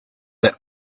their